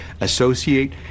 associate